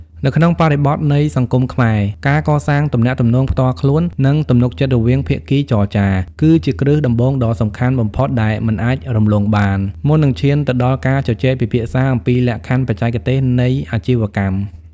នៅក្នុងបរិបទនៃសង្គមខ្មែរ ការកសាងទំនាក់ទំនងផ្ទាល់ខ្លួន និងទំនុកចិត្តរវាងភាគីចរចា គឺជាគ្រឹះដំបូងដ៏សំខាន់បំផុតដែលមិនអាចរំលងបាន មុននឹងឈានទៅដល់ការជជែកពិភាក្សាអំពីលក្ខខណ្ឌបច្ចេកទេសនៃអាជីវកម្ម។